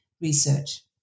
research